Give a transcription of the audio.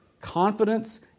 confidence